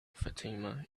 fatima